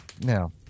Now